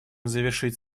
завершить